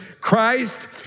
Christ